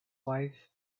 wife